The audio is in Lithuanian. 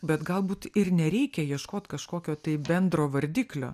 bet galbūt ir nereikia ieškot kažkokio tai bendro vardiklio